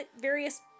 various